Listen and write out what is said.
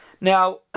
Now